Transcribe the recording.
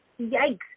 Yikes